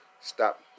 stop